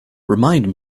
remind